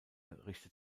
richtet